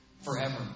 forever